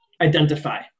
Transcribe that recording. identify